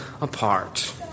apart